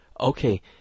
Okay